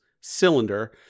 cylinder